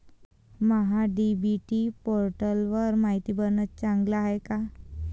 महा DBT पोर्टलवर मायती भरनं चांगलं हाये का?